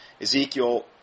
Ezekiel